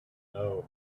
know